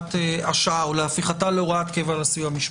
הוראת השעה או להפיכתה להוראת קבע לסיוע המשפטי.